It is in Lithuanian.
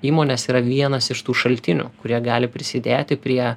įmonės yra vienas iš tų šaltinių kurie gali prisidėti prie